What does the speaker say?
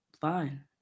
fine